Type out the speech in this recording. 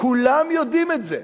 כולם יודעים את זה.